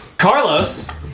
Carlos